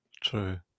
True